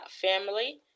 family